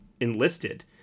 enlisted